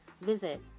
Visit